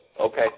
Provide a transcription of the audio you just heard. Okay